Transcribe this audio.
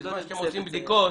בזמן שאתם עושים בדיקות